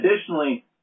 additionally